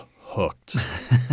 hooked